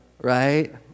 right